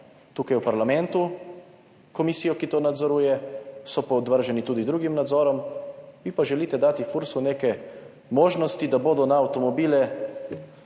tukaj v parlamentu komisijo, ki to nadzoruje, podvrženi so tudi drugim nadzorom, vi pa želite dati Fursu neke možnosti, da bodo na avtomobile,